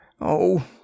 Oh